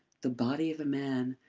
the body of a man,